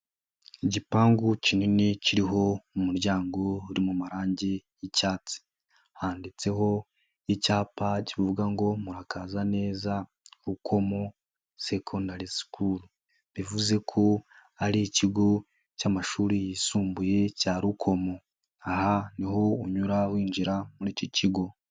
Igipangu kinini kiriho umuryango uri mu marangi y'icyatsi. Handitseho icyapa kivuga ngo murakaza neza kuko mo secondary school, bivuze ko ari ikigo cy'amashuri yisumbuye cya Rukomo. Aha niho unyura winjira muri iki kigo.